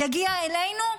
יגיע אלינו,